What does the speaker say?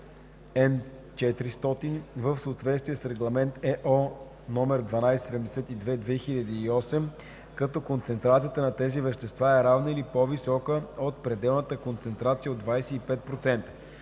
Н400 в съответствие с Регламент (ЕО) № 1272/2008, като концентрацията на тези вещества е равна или по-висока от пределната концентрация от 25%.